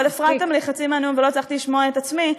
אבל הפרעתם לי חצי מהנאום ולא הצלחתי לשמוע את עצמי,